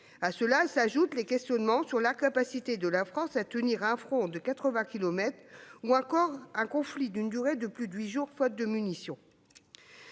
À cela s'ajoutent les questionnements sur l'incapacité de la France à tenir un front de 80 kilomètres ou encore un conflit d'une durée de plus de huit jours, faute de munitions.